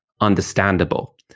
understandable